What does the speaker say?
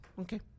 Okay